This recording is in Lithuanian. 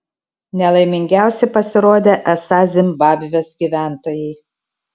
nelaimingiausi pasirodė esą zimbabvės gyventojai